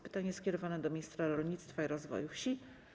Pytanie skierowane jest do ministra rolnictwa i rozwoju wsi.